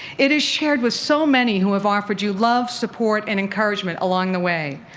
it is shared with so many who have offered you love, support and encouragement along the way.